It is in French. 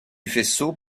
faisceau